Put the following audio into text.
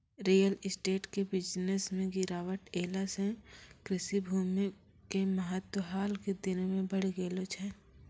real estate के business मॅ गिरावट ऐला सॅ कृषि भूमि के महत्व हाल के दिनों मॅ बढ़ी गेलो छै